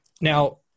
now